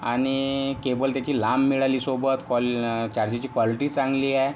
आणि केबल त्याची लांब मिळाली सोबत कॉल चार्जिंगची कॉलीटी चांगली आहे